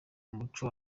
umuco